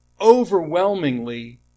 overwhelmingly